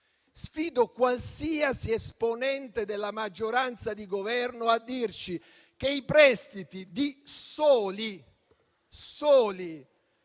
Sfido qualsiasi esponente della maggioranza di Governo a dirci che i prestiti di soli 122